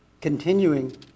Continuing